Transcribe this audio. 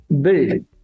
build